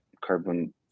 carbon